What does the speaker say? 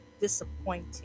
disappointing